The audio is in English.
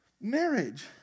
Marriage